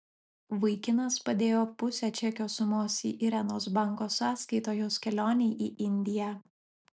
vaikinas padėjo pusę čekio sumos į irenos banko sąskaitą jos kelionei į indiją